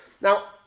Now